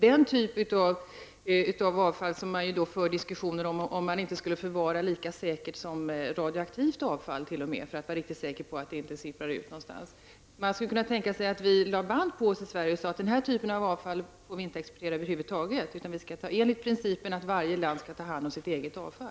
Det förs diskussioner om huruvida man inte skulle förvara den typen av avfall t.o.m. lika säkert som radioaktivt avfall, för att vara säker på att det inte sipprar ut någonstans. Man skulle kunna tänka sig att vi i Sverige lade band på oss så, att enligt principen att varje land skall ta hand om sitt eget avfall denna typ av avfall över huvud taget inte fick exporteras.